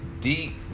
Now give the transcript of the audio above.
deep